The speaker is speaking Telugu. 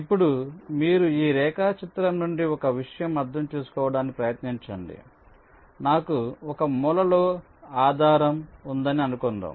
ఇప్పుడు మీరు ఈ రేఖాచిత్రం నుండి ఒక విషయం అర్థం చేసుకోవడానికి ప్రయత్నించండి నాకు ఒక మూలలో ఆధారం ఉందని అనుకుందాం